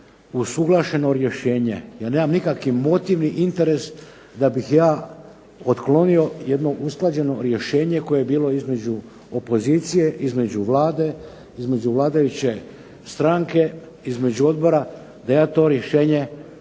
usuglašeno rješenje. Ja nemam nikakav motiv ni interes da bih ja otklonio jedno usklađeno rješenje koje je bilo između opozicije, između Vlade, između vladajuće stranke, između odbora, da ja to rješenje ne